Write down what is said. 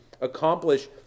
accomplish